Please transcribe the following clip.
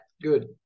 good